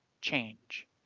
change